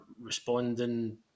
responding